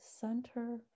Center